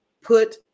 put